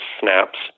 snaps